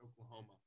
Oklahoma